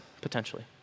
potentially